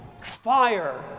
fire